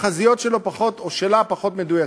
התחזיות שלו או שלה פחות מדויקות.